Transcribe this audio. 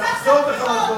תחזור בך.